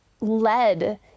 led